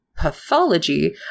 pathology